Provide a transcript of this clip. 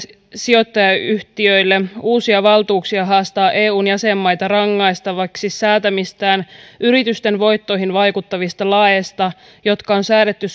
sijoittajayhtiöille uusia valtuuksia haastaa eun jäsenmaita rangaistavaksi säätämistään yritysten voittoihin vaikuttavista laeista jotka on säädetty